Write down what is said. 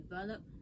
develop